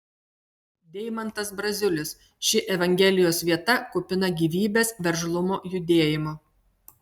deimantas braziulis ši evangelijos vieta kupina gyvybės veržlumo judėjimo